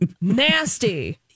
Nasty